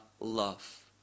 love